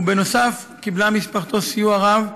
ובנוסף קיבלה משפחתו סיוע רב,